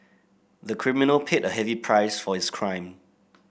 the criminal paid a heavy price for his crime